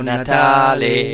Natale